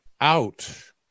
out